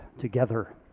together